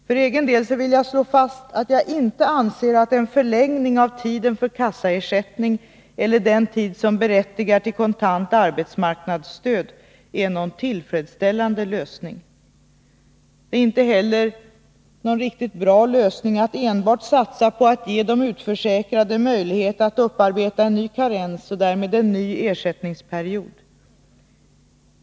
För egen del vill jag slå fast, att jag inte anser att en förlängning av tiden för kassaersättning eller den tid som berättigar till kontant arbetsmarknadsstöd är någon tillfredsställande lösning. Det är inte heller någon riktigt bra lösning att enbart satsa på att ge de utförsäkrade möjlighet att upparbeta en ny karens och därmed en ny ersättningsperiod.